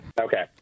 Okay